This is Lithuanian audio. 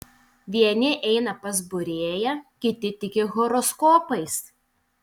vieni eina pas būrėją kiti tiki horoskopais